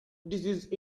disease